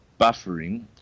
buffering